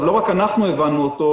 לא רק אנחנו הבנו אותו,